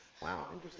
Wow